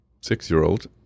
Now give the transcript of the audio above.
six-year-old